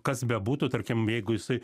kas bebūtų tarkim jeigu jisai